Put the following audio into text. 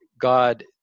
God